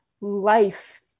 life